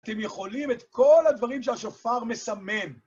אתם יכולים את כל הדברים שהשופר מסמן.